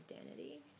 identity